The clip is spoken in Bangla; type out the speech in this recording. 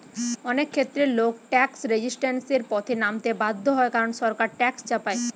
অনেক ক্ষেত্রে লোক ট্যাক্স রেজিস্ট্যান্সের পথে নামতে বাধ্য হয় কারণ সরকার ট্যাক্স চাপায়